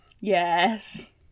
Yes